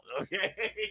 Okay